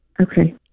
Okay